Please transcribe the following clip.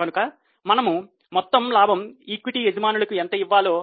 కనుక మనము మొత్తం లాభం ఈక్విటీ యజమానులుకి ఎంత ఇవ్వాలో